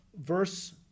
Verse